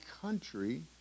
country